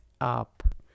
up